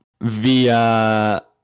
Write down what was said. via